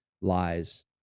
lies